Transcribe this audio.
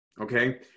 okay